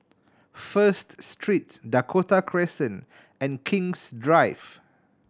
First Street Dakota Crescent and King's Drive